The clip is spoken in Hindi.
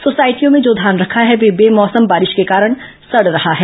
सोसायटियों में जो धान रखा है वह बे मौसम बारिश होने के कारण सड़ रहा है